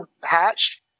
hatched